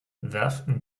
werften